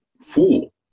Fool